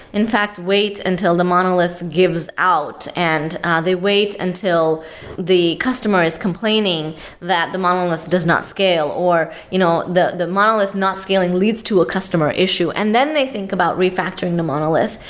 in fact, wait until the monolith gives out and they wait until the customer is complaining that the monolith does not scale or you know the the monolith not scaling leads to a customer issue. and then they think about refactoring the monolith,